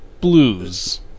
blues